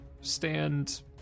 stand